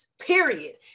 period